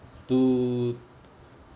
to